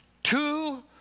two